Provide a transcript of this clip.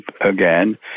again